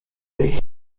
they